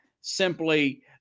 simply